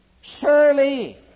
Surely